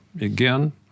again